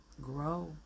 grow